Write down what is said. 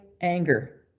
anger